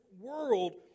world